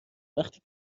وفتی